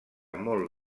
molt